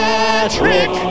Patrick